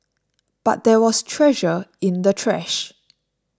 but there was treasure in the trash